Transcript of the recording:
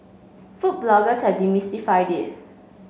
food bloggers have demystified it